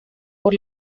por